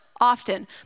often